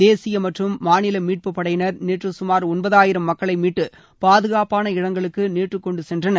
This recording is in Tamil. தேசிய மற்றும் மாநில மீட்புப்படையினர் நேற்று கமார் ஒன்பதாயிரம் மக்களை மீட்டு பாதுகாப்பாள இடங்களுக்கு நேற்று கொண்டு சென்றனர்